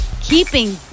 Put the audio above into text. keeping